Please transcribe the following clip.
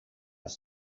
are